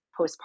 postpartum